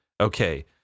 okay